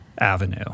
avenue